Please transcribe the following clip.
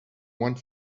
went